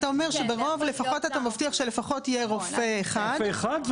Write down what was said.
אתה מבטיח שלפחות יהיה רופא אחד,